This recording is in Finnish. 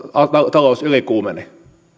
talous ylikuumeni